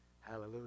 Hallelujah